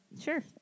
Sure